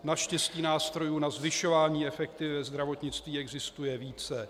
Naštěstí nástrojů na zvyšování efektivity ve zdravotnictví existuje více.